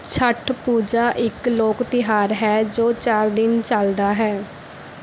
ਛੱਠ ਪੂਜਾ ਇੱਕ ਲੋਕ ਤਿਉਹਾਰ ਹੈ ਜੋ ਚਾਰ ਦਿਨ ਚੱਲਦਾ ਹੈ